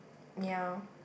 ya